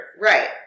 Right